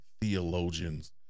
theologians